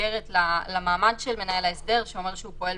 השאלה אם בעל החברה יכול להגיד לו מן ההתחלה: שב בצד,